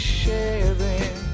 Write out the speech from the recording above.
sharing